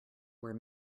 were